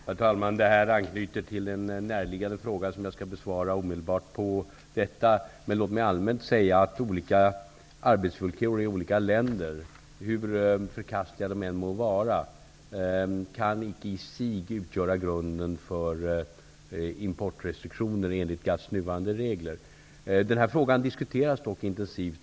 Herr talman! Detta anknyter till en närliggande fråga som jag skall besvara omedelbart härefter. Låt mig allmänt säga att arbetsvillkor i olika länder, hur förkastliga de än må vara, enligt GATT:s nuvarande regler inte i sig kan utgöra grund för importrestriktioner. Denna fråga diskuteras dock intensivt.